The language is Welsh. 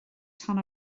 tan